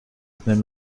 then